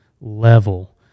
level